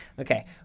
Okay